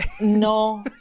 no